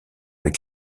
avec